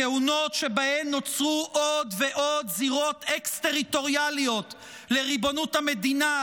כהונות שבהן נוצרו עוד ועוד זירות אקס-טריטוריאליות לריבונות המדינה,